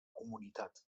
comunitat